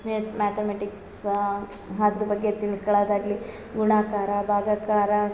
Math ಮ್ಯಾತಮೆಟಿಕ್ಸಾ ಅದ್ರ ಬಗ್ಗೆ ತಿಳ್ಕೊಳದಾಗಲಿ ಗುಣಾಕಾರ ಭಾಗಾಕಾರ